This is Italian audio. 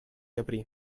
aprì